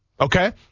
okay